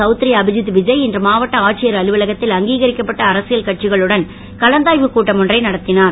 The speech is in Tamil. சவுத்ரி அபிஜித் விஜய் இன்று மாவட்ட ஆட்சியர் அலுவலகத்தில் அங்கீகரிக்கப்பட்ட அரசியல் கட்சிகளுடன் கலந்தாய்வு கூட்டம் ஒன்றை நடத்தினார்